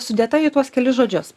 sudėta į tuos kelis žodžius